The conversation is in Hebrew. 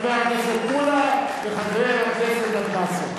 חבר הכנסת מולה וחבר הכנסת אדמסו.